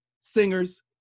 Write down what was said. singers